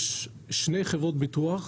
יש שתי חברות ביטוח